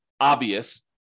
obvious